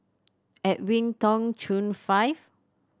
Edwin Tong Chun Fai